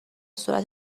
سرعت